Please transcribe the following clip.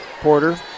Porter